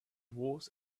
was